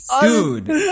Dude